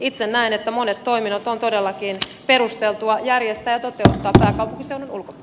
itse näen että monet toiminnot on todellakin perusteltua järjestää tämän isän